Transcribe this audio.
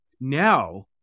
Now